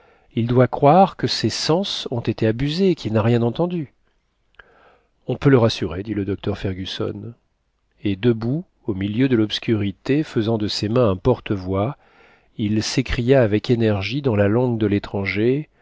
il doit croire que ses sens ont été abusés qu'il n'a rien entendu on peut le rassurer dit le docteur fergusson et debout au milieu de l'obscurité faisant de ses mains un porte-voix il s'écria avec énergie dans la langue de l'étranger